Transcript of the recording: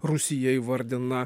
rūsyje įvardina